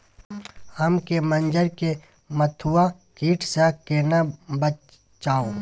आम के मंजर के मधुआ कीट स केना बचाऊ?